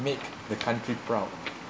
make the country proud